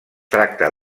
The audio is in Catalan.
tracta